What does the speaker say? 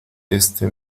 este